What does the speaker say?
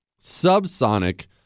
subsonic